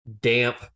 damp